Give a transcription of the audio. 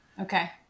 Okay